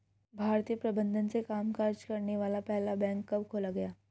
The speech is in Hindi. भारतीय प्रबंधन से कामकाज करने वाला पहला बैंक कब खोला गया?